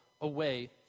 away